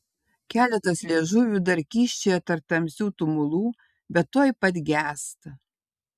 keletas liežuvių dar kyščioja tarp tamsių tumulų bet tuoj pat gęsta